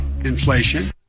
inflation